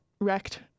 wrecked